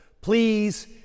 Please